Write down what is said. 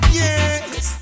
yes